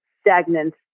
stagnant